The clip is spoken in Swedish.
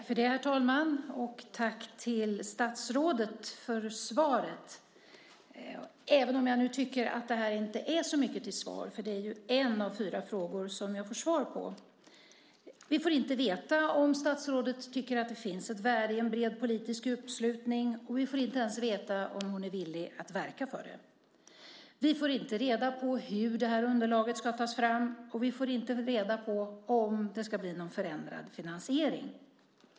Herr talman! Jag tackar statsrådet för svaret, även om jag inte tycker att det är så mycket till svar. Jag får svar på en av fyra frågor. Vi får inte veta om statsrådet tycker att det finns ett värde i en bred politisk uppslutning. Vi får inte ens veta om hon är villig att verka för det. Vi får inte reda på hur underlaget ska tas fram, och vi får inte reda på om det ska bli någon förändrad finansiering.